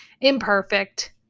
imperfect